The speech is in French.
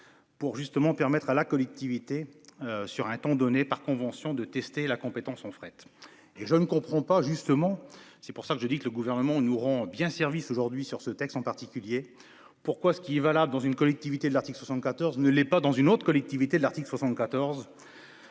Pour justement permettre à la collectivité. Sur un ton donnée par convention de tester la compétence son fret et je ne comprends pas justement c'est pour ça que je dis que le gouvernement nous rend bien service aujourd'hui sur ce texte en particulier. Pourquoi ce qui est valable dans une collectivité de l'article 74 ne l'est pas dans une autre collectivité de l'article 74.